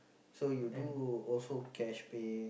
so you do also cash pay